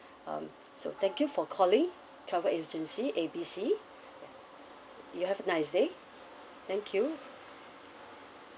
um so thank you for calling travel agency A B C ya you have a nice day thank you